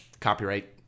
copyright